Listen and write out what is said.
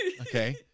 okay